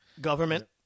Government